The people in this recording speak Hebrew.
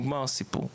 נגמר הסיפור,